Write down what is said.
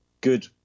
good